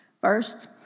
First